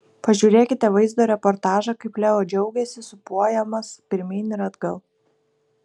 pažiūrėkite vaizdo reportažą kaip leo džiaugiasi sūpuojamas pirmyn ir atgal